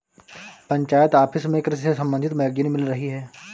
panchayat office में कृषि से संबंधित मैगजीन मिल रही है